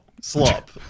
slop